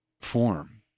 form